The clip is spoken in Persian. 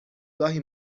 گاهی